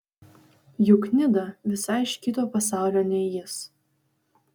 juk nida visai iš kito pasaulio nei jis